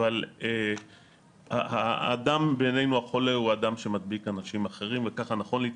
אבל האדם בעינינו החולה הוא האדם שמדביק אנשים אחרים וככה נכון להתייחס.